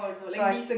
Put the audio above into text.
so I